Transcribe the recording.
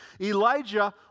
Elijah